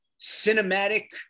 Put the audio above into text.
Cinematic